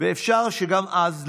ואפשר שגם אז לא.